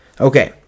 Okay